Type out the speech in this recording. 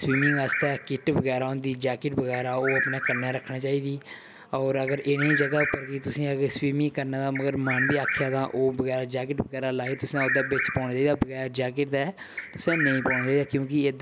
swimming आस्तै kit बगैरा होंदी जैकेट बगैरा ओह् अपने कन्नै रक्खनी चाहिदी होर अगर इ'नें जगह् उप्पर गी तुसेंगी अगर स्वीमिंग करने दा मगर मन बी आखेआ तां ओह् बगैरा जैकेट बगैरा लाई तुसें ओह्दे बिच्च पौना चाहिदा बगैर जैकेट दे तुसें नेईं पौना चाहिदा क्योंकि एह्दे कन्नै